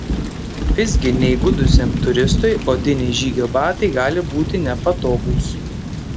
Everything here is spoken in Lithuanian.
visgi neįgudusiam turistui odiniai žygio batai gali būti nepatogūs